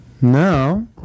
now